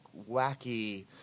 wacky